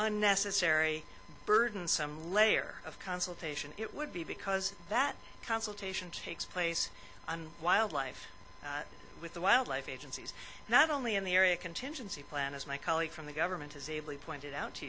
unnecessary burden some layer of consultation it would be because that consultation takes place on wildlife with the wildlife agencies not only in the area contingency plan as my colleague from the government has ably pointed out to